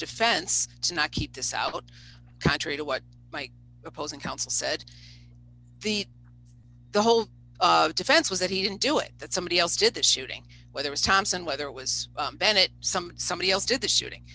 defense to not keep this out contrary to what my opposing counsel said the the hole of defense was that he didn't do it that somebody else did the shooting whether was thompson whether it was bennett some somebody else did the shooting